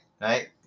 right